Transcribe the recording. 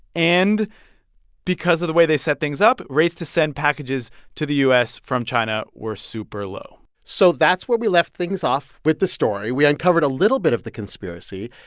and because of the way they set things up, rates to send packages to the u s. from china were super low so that's where we left things off with the story. we uncovered a little bit of the conspiracy.